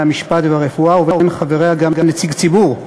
המשפט והרפואה ובין חבריה גם נציג ציבור.